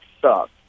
sucks